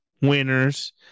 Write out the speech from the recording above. winners